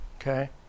okay